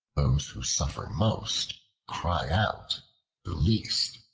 those who suffer most cry out the least.